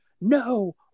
No